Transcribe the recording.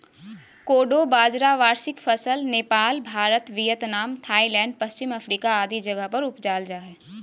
कोडो बाजरा वार्षिक फसल नेपाल, भारत, वियतनाम, थाईलैंड, पश्चिम अफ्रीका आदि जगह उपजाल जा हइ